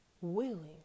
willing